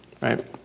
Right